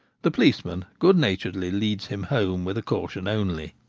the policeman good naturedly leads him home with a caution only.